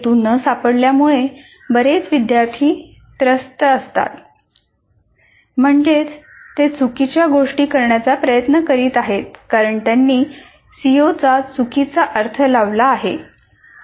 हेतू न सापडल्यामुळे बरेच विद्यार्थी त्रस्त असतात म्हणजेच ते चुकीच्या गोष्टी करण्याचा प्रयत्न करीत आहेत कारण त्यांनी सीओचा चुकीचा अर्थ लावला असतो